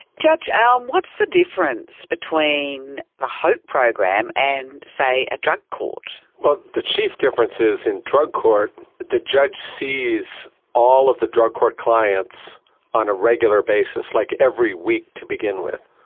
judge alm, what's the difference between the hope program and, say, a drug court? well, the chief difference is in drug court the judge sees all of the drug court clients on a regular basis, like every week to begin with.